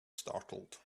startled